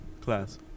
class